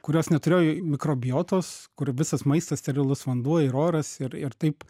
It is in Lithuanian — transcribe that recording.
kurios neturėjo mikrobiotos kur visas maistas sterilus vanduo ir oras ir ir taip